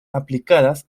aplicadas